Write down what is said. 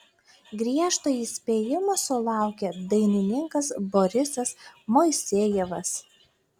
griežto įspėjimo sulaukė dainininkas borisas moisejevas